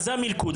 זה המלכוד.